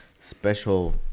special